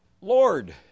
Lord